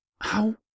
How